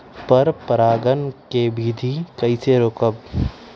पर परागण केबिधी कईसे रोकब?